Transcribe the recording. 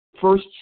First